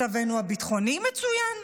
מצבנו הביטחוני מצוין.